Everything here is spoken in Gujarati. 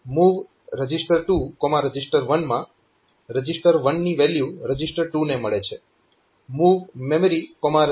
MOV reg2reg1 માં રજીસ્ટર 1 ની વેલ્યુ રજીસ્ટર 2 ને મળે છે